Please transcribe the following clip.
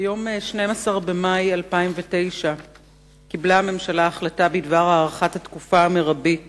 ביום 12 במאי 2009 קיבלה הממשלה החלטה בדבר הארכת התקופה המרבית